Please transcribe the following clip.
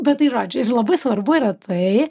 bet tai yra čia ir labai svarbu yra tai